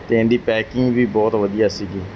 ਅਤੇ ਇਹਦੀ ਪੈਕਿੰਗ ਵੀ ਬਹੁਤ ਵਧੀਆ ਸੀਗੀ